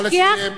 נא לסיים.